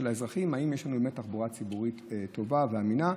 האזרחים: האם יש לנו באמת תחבורה ציבורית טובה ואמינה,